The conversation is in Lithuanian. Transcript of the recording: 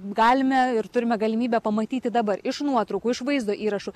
galime ir turime galimybę pamatyti dabar iš nuotraukų iš vaizdo įrašų